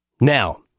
Now